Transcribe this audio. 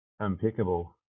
impeccable